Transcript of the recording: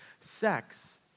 sex